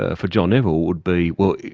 ah for john nevile, would be, well,